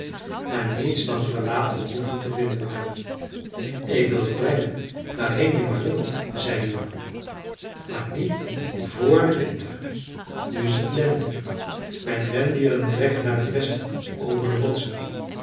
waar niets dan verlaten hoeven te vinden waren ik wil je brengen waarheen je maar wilt zei de jongen maar niet vr den winter nu is t lente mijn rendieren trekken naar t westen over de rotsen